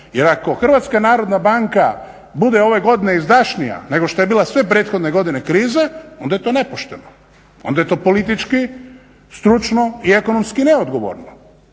Jer ako HNB bude ove godine izdašnija nego što je bila sve prethodne godine krize onda je to nepošteno. Onda je to politički stručno i ekonomski neodgovorno.